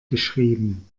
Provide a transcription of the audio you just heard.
geschrieben